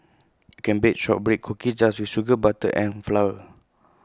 can bake Shortbread Cookies just with sugar butter and flour